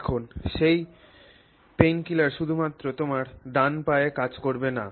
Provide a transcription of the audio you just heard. এখন সেই ব্যথানাশক শুধুমাত্র তোমার ডান পায়ে কাজ করবে না